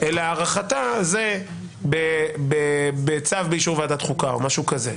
אלא הארכתה בצו באישור ועדת החוקה או משהו כזה.